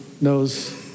Knows